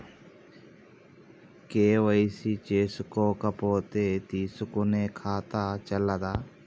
KYC చేసుకోకపోతే తీసుకునే ఖాతా చెల్లదా?